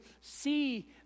see